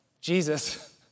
Jesus